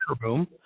room